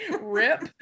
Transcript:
Rip